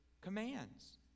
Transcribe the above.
commands